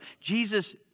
Jesus